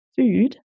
food